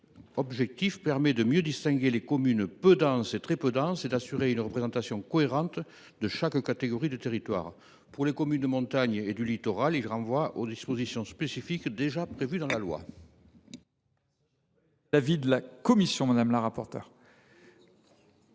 objectif permet en effet de mieux distinguer les communes peu denses et très peu denses, et d’assurer une représentation cohérente de chaque catégorie de territoire. Pour les communes de montagne et du littoral, je propose un renvoi aux dispositions spécifiques déjà prévues dans la loi. Quel est l’avis de la commission ? Je comprends